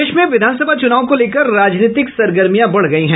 प्रदेश में विधानसभा चूनाव को लेकर राजनीतिक सरगर्मियां बढ़ गयी हैं